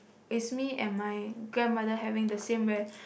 is me and my grandmother having the same where